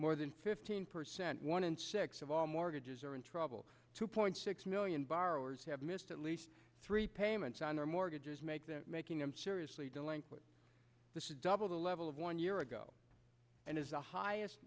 more than fifteen percent one in six of all mortgages are in trouble two point six million borrowers have missed at least three payments on their mortgages make them making them seriously delinquent this is double the level of one year ago and is the highest